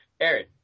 Aaron